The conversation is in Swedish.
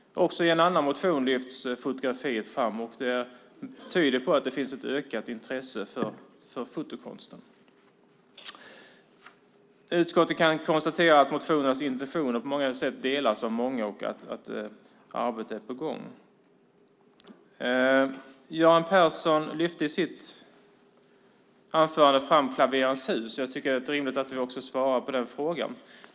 Också i en annan motion lyfts fotografiet fram. Det tyder på att det finns ett ökat intresse för fotokonsten. Utskottet kan konstatera att intentionerna i motionerna på många sätt delas av många och att arbete är på gång. Göran Persson lyfte i sitt anförande fram Klaverens Hus. Det är rimligt att vi bemöter den frågan.